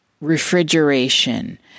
refrigeration